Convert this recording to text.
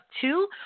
two